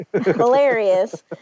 hilarious